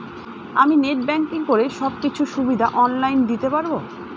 আমি net banking করে সব কিছু সুবিধা অন লাইন দিতে পারবো?